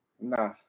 Nah